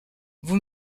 vous